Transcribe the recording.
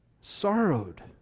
sorrowed